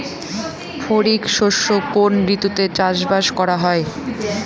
খরিফ শস্য কোন ঋতুতে চাষাবাদ করা হয়?